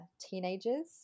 teenagers